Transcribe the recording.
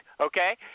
okay